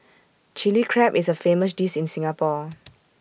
Chilli Crab is A famous dish in Singapore